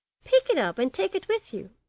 pick it up and take it with you